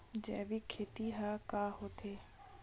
जैविक खेती ह का होथे?